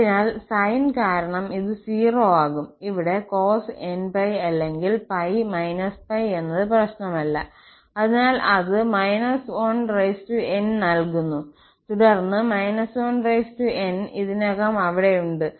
അതിനാൽ സൈൻ കാരണം ഇത് 0 ആകും ഇവിടെ cos 𝑛𝜋 അല്ലെങ്കിൽ π π എന്നത് പ്രശ്നമല്ല അതിനാൽ അത് 1nനൽകുന്നു തുടർന്ന് 1nഇതിനകം അവിടെയുണ്ട്